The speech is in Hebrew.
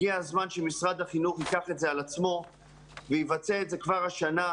הגיע הזמן שמשרד החינוך ייקח את זה על עצמו וייבצע את זה כבר השנה,